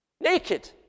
naked